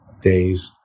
days